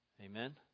Amen